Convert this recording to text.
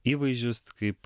įvaizdžius kaip